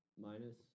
Minus